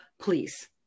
please